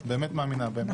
את באמת מאמינה בהם.